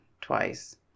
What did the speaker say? twice